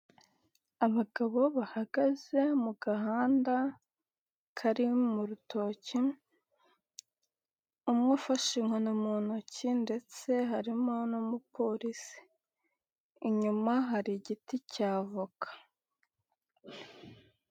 Abagabo bahagaze mu gahanda kari mu rutoke, umwe ufashe inkoni mu ntoki ndetse harimo n'umupolisi, inyuma hari igiti cya avoka.